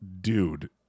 Dude